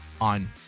on